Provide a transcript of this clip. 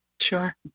Sure